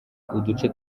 uduce